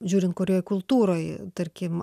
žiūrint kurioj kultūroj tarkim